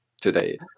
today